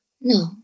No